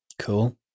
Cool